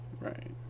Right